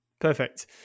Perfect